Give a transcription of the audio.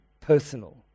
personal